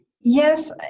Yes